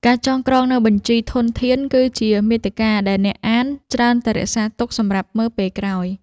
ការចងក្រងនូវបញ្ជីធនធាន គឺជាមាតិកាដែលអ្នកអានច្រើនតែរក្សាទុកសម្រាប់មើលពេលក្រោយ។